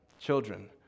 children